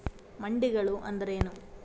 ಮಂಡಿಗಳು ಅಂದ್ರೇನು?